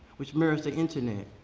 which mirrors the internet.